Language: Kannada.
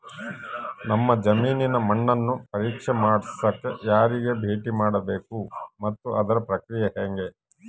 ನಮ್ಮ ಜಮೇನಿನ ಮಣ್ಣನ್ನು ಪರೇಕ್ಷೆ ಮಾಡ್ಸಕ ಯಾರಿಗೆ ಭೇಟಿ ಮಾಡಬೇಕು ಮತ್ತು ಅದರ ಪ್ರಕ್ರಿಯೆ ಹೆಂಗೆ?